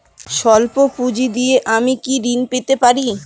সল্প পুঁজি দিয়ে কি আমি ঋণ পেতে পারি?